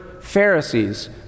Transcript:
Pharisees